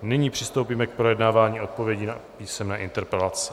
Nyní přistoupíme k projednávání odpovědí na písemné interpelace.